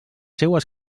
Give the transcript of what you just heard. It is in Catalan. seues